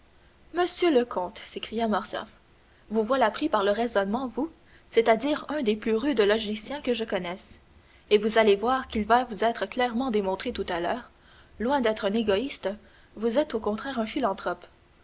monsieur le comte s'écria morcerf vous voilà pris par le raisonnement vous c'est-à-dire un des plus rudes logiciens que je connaisse et vous allez voir qu'il va vous être clairement démontré tout à l'heure que loin d'être un égoïste vous êtes au contraire un philanthrope